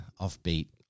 offbeat